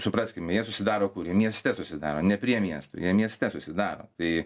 supraskim jie susidaro kur jie mieste susidaro ne prie miesto jie mieste susidaro tai